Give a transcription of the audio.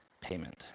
payment